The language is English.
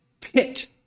pit